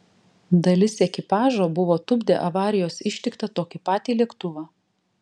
dalis ekipažo buvo tupdę avarijos ištiktą tokį patį lėktuvą